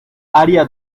área